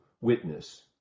witness